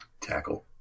Tackle